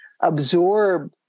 absorb